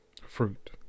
Fruit